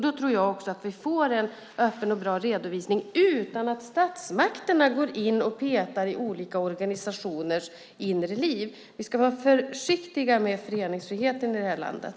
Då tror jag också att vi får en öppen och bra redovisning utan att statsmakterna går in och petar i olika organisationers inre liv. Vi ska vara försiktiga med föreningsfriheten i det här landet.